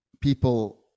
people